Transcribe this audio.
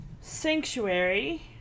Sanctuary